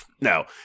no